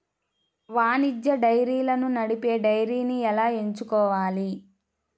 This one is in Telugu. వాణిజ్య డైరీలను నడిపే డైరీని ఎలా ఎంచుకోవాలి?